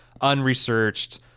unresearched